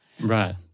Right